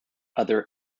other